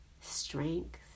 strength